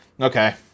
okay